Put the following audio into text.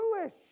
Jewish